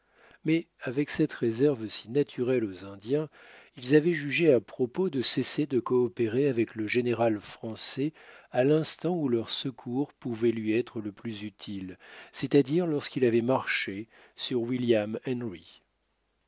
mais avec cette réserve si naturelle aux indiens ils avaient jugé à propos de cesser de coopérer avec le général français à l'instant où leur secours pouvait lui être le plus utile c'est-à-dire lorsqu'il avait marché sur william henry